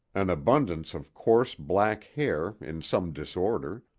an abundance of coarse black hair in some disorder,